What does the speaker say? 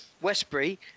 Westbury